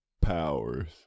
Powers